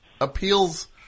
appeals